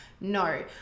no